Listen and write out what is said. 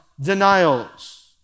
denials